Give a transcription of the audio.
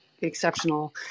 exceptional